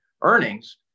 earnings